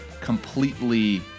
completely